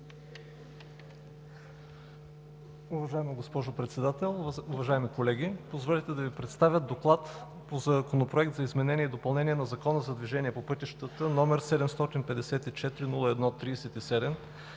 Уважаема госпожо Председател, уважаеми колеги! Позволете да Ви представя „ДОКЛАД по Законопроект за изменение и допълнение на Закона за движението по пътищата, № 754-01-37,